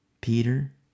Peter